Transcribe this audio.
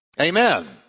Amen